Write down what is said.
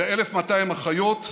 ל-1,200 אחיות.